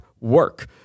work